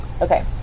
Okay